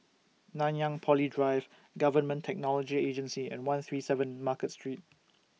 Nanyang Poly Drive Government Technology Agency and one three seven Market Street